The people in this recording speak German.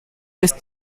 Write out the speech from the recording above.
ist